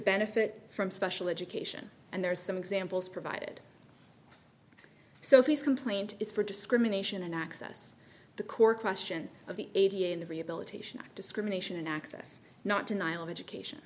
benefit from special education and there are some examples provided so his complaint is for discrimination and access the core question of the a d n the rehabilitation of discrimination in access not denial of education